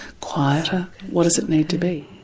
quieter, what does it need to be?